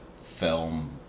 film